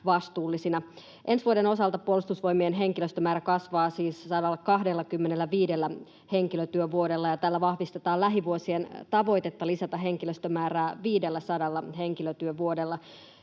Ensi vuoden osalta Puolustusvoimien henkilöstömäärä kasvaa siis 125 henkilötyövuodella, ja tällä vahvistetaan lähivuosien tavoitetta lisätä henkilöstömäärää 500 henkilötyövuodella.